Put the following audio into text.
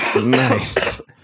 Nice